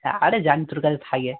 আরে জানি তোর কাছে থাকে